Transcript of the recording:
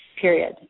period